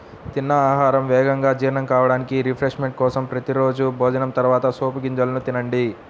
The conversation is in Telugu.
తిన్న ఆహారం వేగంగా జీర్ణం కావడానికి, రిఫ్రెష్మెంట్ కోసం ప్రతి రోజూ భోజనం తర్వాత సోపు గింజలను తినండి